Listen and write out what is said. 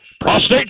prostate